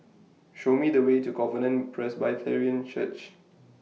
Show Me The Way to Covenant Presbyterian Church